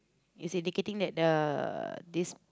is indicating that the uh this